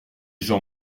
gens